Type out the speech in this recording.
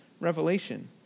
revelation